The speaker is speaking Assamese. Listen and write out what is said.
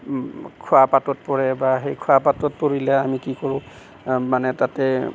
খোৱা পাতত পৰে বা সেই খোৱা পাতত পৰিলে আমি কি কৰোঁ মানে তাতে